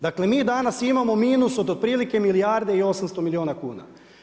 Dakle mi danas imamo minus od otprilike milijarde i 800 milijuna kuna.